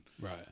Right